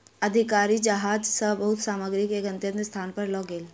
अधिकारी जहाज सॅ बहुत सामग्री के गंतव्य स्थान पर लअ गेल